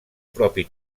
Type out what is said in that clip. propi